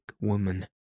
woman